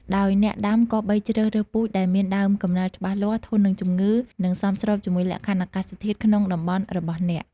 ដោយអ្នកដាំគប្បីជ្រើសរើសពូជដែលមានដើមកំណើតច្បាស់លាស់ ធន់នឹងជំងឺ និងសមស្របជាមួយលក្ខខណ្ឌអាកាសធាតុក្នុងតំបន់របស់អ្នក។